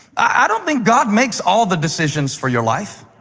i don't think god makes all of the decisions for your life.